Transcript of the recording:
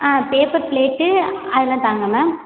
ஆ paper plate அதெலாம் தாங்க ma'am